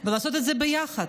ולעשות את זה ביחד,